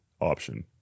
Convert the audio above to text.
option